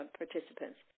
participants